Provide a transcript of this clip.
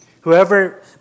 Whoever